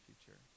future